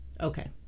Okay